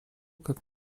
как